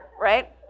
right